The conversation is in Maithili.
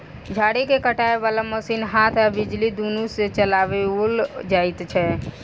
झाड़ी के काटय बाला मशीन हाथ आ बिजली दुनू सँ चलाओल जाइत छै